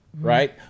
right